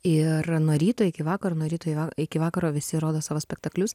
ir nuo ryto iki vakaro nuo ryto iki vakaro visi rodo savo spektaklius